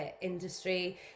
industry